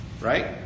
right